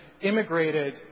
immigrated